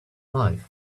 life